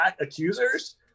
accusers